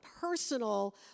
personal